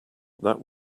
that